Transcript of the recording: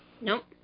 Nope